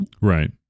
Right